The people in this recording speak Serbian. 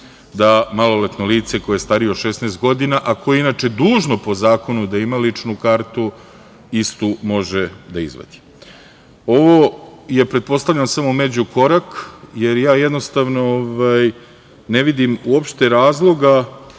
da maloletno lice, koje je starije od 16 godina, a koje je inače dužno po zakonu da ima ličnu kartu, istu može da izvadi. Ovo je, pretpostavljam, samo međukorak, jer ja jednostavno ne vidim uopšte razloga